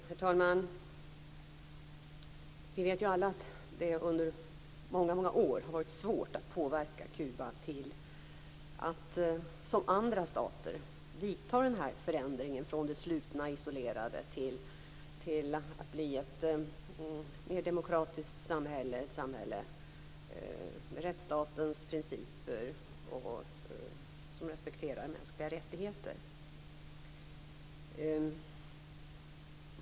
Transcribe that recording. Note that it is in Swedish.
Herr talman! Vi vet alla att det under många år har varit svårt att påverka Kuba till att som andra stater vidta förändringen från det slutna och isolerade till att bli ett mer demokratiskt samhälle med rättsstatens principer som respekterar mänskliga rättigheter.